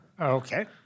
Okay